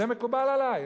זה מקובל עלי,